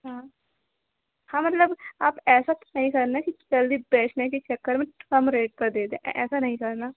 हाँ हाँ मतलब आप ऐसा कुछ नहीं करना कि जल्दी बेचने के चक्कर में कम रेट पर दे दें ऐसा नहीं करना